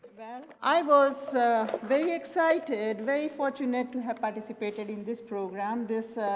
that, i was big excited very fortunate to have participated in this program. this,